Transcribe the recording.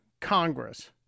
Congress